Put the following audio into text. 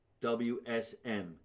WSM